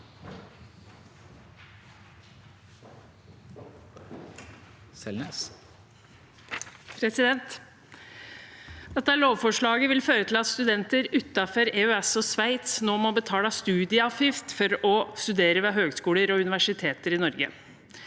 Dette lovforslaget vil føre til at studenter utenfor EØS og Sveits nå må betale stu dieavgift for å studere ved høyskoler og universiteter i Norge.